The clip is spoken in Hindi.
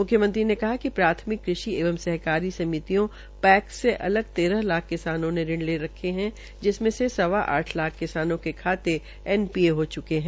मूख्यमंत्री ने कहा कि प्राथमिक कृषि एवं सहकारी समितियों पैक्स के लगभग तेरह लाख किसानों ने ऋण ले रखे है जिनमें से सवा आठ लाख किसानों के खाते में एनपीए हो चुके है